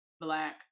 black